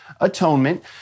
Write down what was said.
atonement